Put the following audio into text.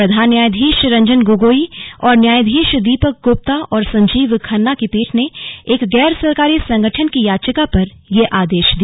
प्रधान न्यायाधीश रंजन गोगोई और न्यायाधीश दीपक गुप्ता और संजीव खन्ना की पीठ ने एक गैर सरकारी संगठन की याचिका पर यह आदेश दिया